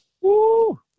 Woo